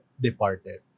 departed